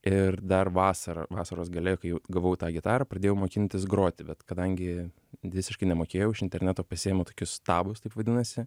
ir dar vasarą vasaros gale kai jau gavau tą gitarą pradėjau mokintis groti bet kadangi visiškai nemokėjau iš interneto pasiėmiau tokius tabus taip vadinasi